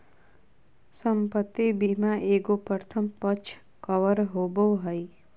संपत्ति बीमा एगो प्रथम पक्ष कवर होबो हइ